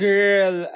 Girl